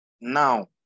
now